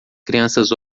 crianças